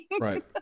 Right